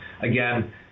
again